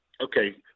Okay